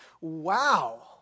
wow